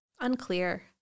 Unclear